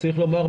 צריך לומר,